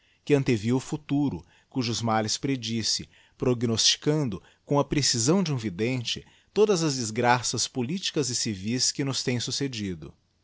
que ant viu o futuro cujos males predisse prognosticando com a precisão de un vidente todas as desgraças politicas e civis que nos têm sccecdo